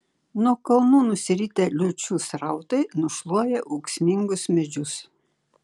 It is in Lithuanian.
nuo kalnų nusiritę liūčių srautai nušluoja ūksmingus medžius